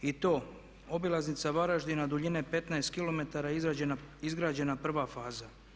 I to obilaznica Varaždina duljine 15 km izgrađena prva faza.